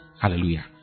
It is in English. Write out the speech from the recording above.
Hallelujah